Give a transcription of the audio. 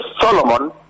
Solomon